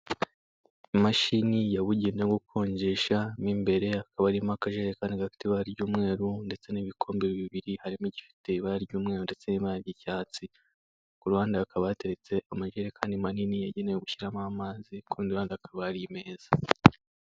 Imashini yabugenewe yo gukonjesha mu imbere hakaba harimo akajerekani gafite ibara ry'umweru ndetse n'ibikombe bibiri harimo igifite ibara ry'umweru ndetse n'ibara ry'icyatsi, ku ruhande hakaba hateretse amajerekani manini yagenewe gushyiramo amazi, ku rundi ruhande hakaba hari imeza.